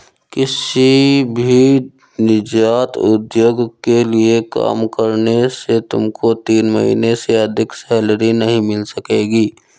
किसी भी नीजात उद्योग के लिए काम करने से तुमको तीन महीने से अधिक सैलरी नहीं मिल सकेगी